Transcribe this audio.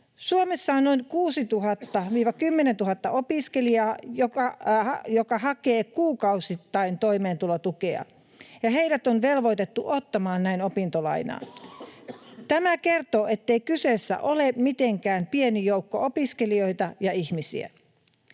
Suomessa on noin 6 000—10 000 opiskelijaa, jotka hakevat kuukausittain toimeentulotukea, ja heidät on velvoitettu ottamaan näin opintolainaa. Tämä kertoo, ettei kyseessä ole mitenkään pieni joukko opiskelijoita ja ihmisiä.